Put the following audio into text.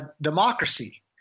democracy